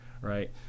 right